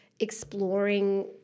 ...exploring